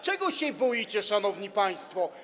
Czego się boicie, szanowni państwo?